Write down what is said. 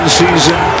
season